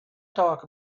talk